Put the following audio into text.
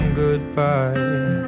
goodbye